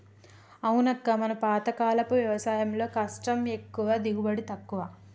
అవునక్క మన పాతకాలపు వ్యవసాయంలో కష్టం ఎక్కువ దిగుబడి తక్కువ